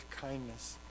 kindness